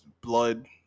blood